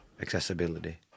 Accessibility